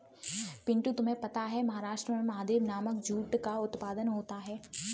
पिंटू तुम्हें पता है महाराष्ट्र में महादेव नामक जूट का उत्पादन होता है